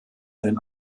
einen